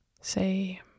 say